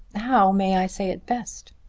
how may i say it best?